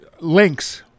links